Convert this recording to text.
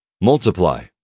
multiply